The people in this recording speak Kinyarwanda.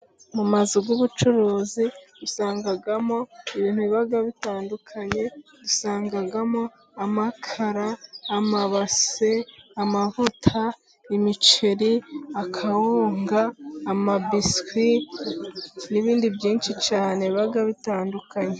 Mu mazu y'ubucuruzi usangamo ibintu biba bitandukanye, dusangamo amakara, amabase, amavuta, imiceri, akawunga, amabiswi, n'ibindi byinshi cyane biba bitandukanye.